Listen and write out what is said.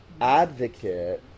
advocate